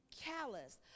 callous